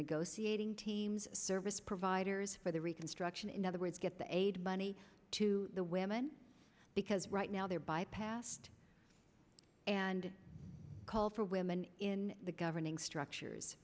negotiating teams service providers for the reconstruction in other words get the aid money to the women because right now they are bypassed and called for women in the governing structures